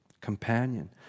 Companion